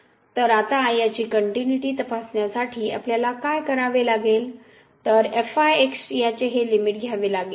तर आता याची कनटिन्युटी तपासण्यासाठी आपल्याला काय करावे लागेल तरयाचे हे लिमिट घ्यावे लागेल